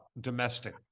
domestic